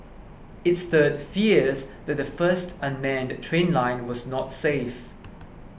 it stirred fears that the first unmanned train line was not safe